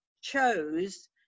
chose